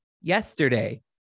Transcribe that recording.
Yesterday